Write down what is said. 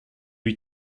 lui